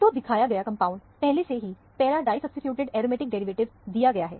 तो दिखाया गया कंपाउंड पहले से ही पैरा डाइसब्सीट्यूटेड एरोमेटिक डेरिवेटिव दिया गया है